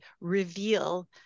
reveal